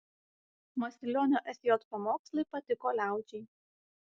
masilionio sj pamokslai patiko liaudžiai